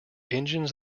engines